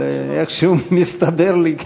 אבל איכשהו מסתבר לי,